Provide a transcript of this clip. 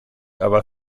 aber